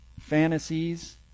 fantasies